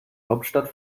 hauptstadt